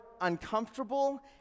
uncomfortable